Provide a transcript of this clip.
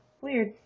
weird